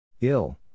Ill